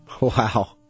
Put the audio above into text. Wow